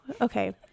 okay